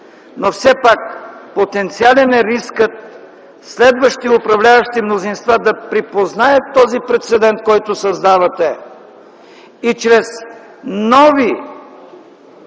Но все пак потенциален е рискът – следващи управляващи мнозинства да припознаят този прецедент, който създавате и чрез нови,